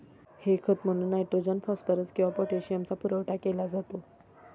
हे खत म्हणून नायट्रोजन, फॉस्फरस किंवा पोटॅशियमचा पुरवठा केला जातो